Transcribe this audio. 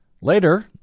Later